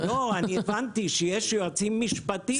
לא, אני הבנתי שיש יועצים משפטיים ששואלים כאן.